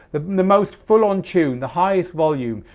the the most full-on tune, the highest volume,